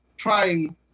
Trying